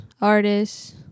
artists